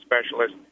specialist